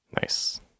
Nice